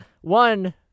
one